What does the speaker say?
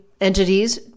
entities